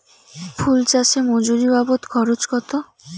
ফুল চাষে মজুরি বাবদ খরচ কত?